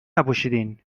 نپوشیدین